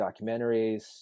documentaries